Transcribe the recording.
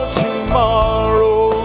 tomorrow